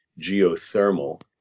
geothermal